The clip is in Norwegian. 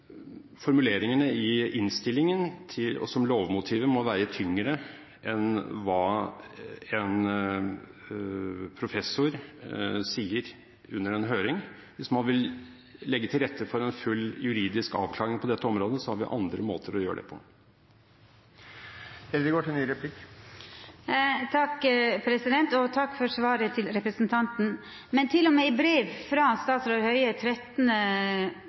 formuleringene i proposisjonen som lovmotiv må veie tyngre enn hva en professor sier under en høring. Hvis man vil legge til rette for en full juridisk avklaring på dette området, har vi andre måter å gjøre det på. Takk for svaret til representanten. Til og med i brev frå statsråd Høie 13.